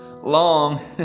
long